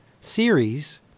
series